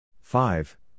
five